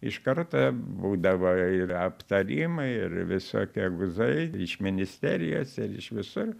iš karto būdavo ir aptarimai ir visokie guzai iš ministerijos ir iš visur